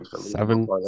Seven